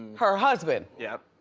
her husband. yep.